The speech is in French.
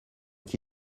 qui